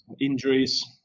injuries